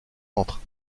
entre